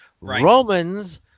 Romans